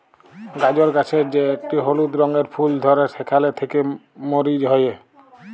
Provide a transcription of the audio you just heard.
গাজর গাছের যে একটি হলুদ রঙের ফুল ধ্যরে সেখালে থেক্যে মরি হ্যয়ে